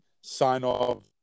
sign-off